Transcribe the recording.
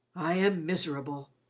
i am miserable,